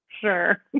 Sure